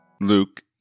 Luke